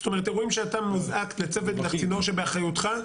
זאת אומרת אירועים שאתה מוזעק לצוות לצינור שבאחריותך?